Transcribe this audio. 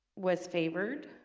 was favored